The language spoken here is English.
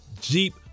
Jeep